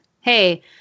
Hey